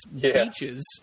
Beaches